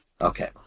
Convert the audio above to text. Okay